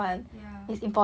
ya